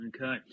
Okay